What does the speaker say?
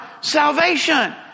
salvation